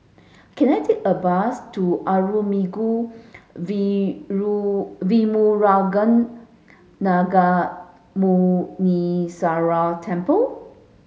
can I take a bus to Arulmigu Velmurugan Gnanamuneeswarar Temple